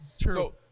True